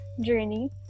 journey